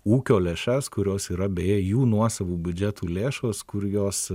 ūkio lėšas kurios yra beje jų nuosavų biudžetų lėšos kur jos